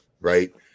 right